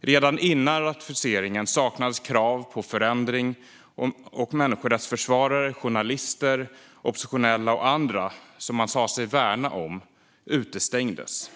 Redan innan ratificeringen saknades krav på förändring, och människorättsförsvarare, journalister eller oppositionella som man sa sig värna om utestängdes.